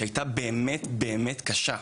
שהייתה באמת קשה.